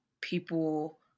people